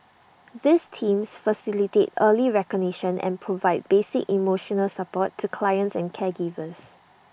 these teams facilitate early recognition and provide basic emotional support to clients and caregivers